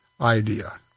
idea